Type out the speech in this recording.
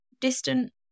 distant